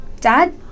Dad